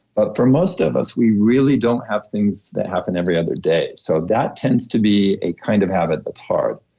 but for most of us, we really don't have things that happen every other day. so that tends to be a kind of habit that's hard.